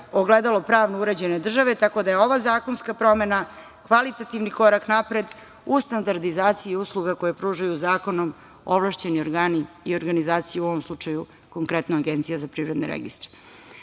ogledalo pravno uređene države, tako da je ova zakonska promena kvalitativni korak napred uz standardizaciju usluga koje pružaju zakonom ovlašćeni organi i organizacije, a u ovom slučaju Agencija za privredne registre. Važno